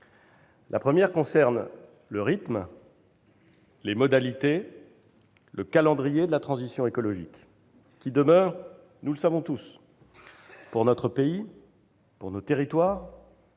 La première concerne le rythme, les modalités, le calendrier de la transition écologique. Celle-ci demeure, nous le savons tous, pour notre pays, pour nos territoires-